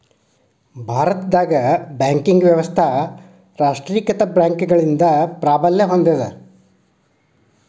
ಭಾರತದಾಗ ಬ್ಯಾಂಕಿಂಗ್ ವ್ಯವಸ್ಥಾ ರಾಷ್ಟ್ರೇಕೃತ ಬ್ಯಾಂಕ್ಗಳಿಂದ ಪ್ರಾಬಲ್ಯ ಹೊಂದೇದ